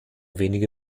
wenige